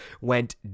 went